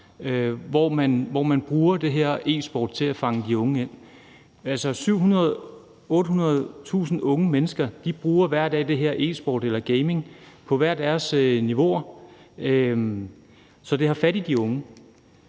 hvor man bruger den her e-sport til at fange de unge ind. Altså, 800.000 unge mennesker bruger hver dag den her e-sport eller gaming på hver deres niveauer, så det har fat i de unge,